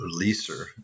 leaser